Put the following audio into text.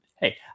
Hey